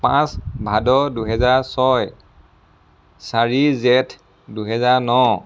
পাঁচ ভাদ দুহেজাৰ ছয় চাৰি জেঠ দুহেজাৰ ন